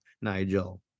Nigel